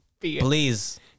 Please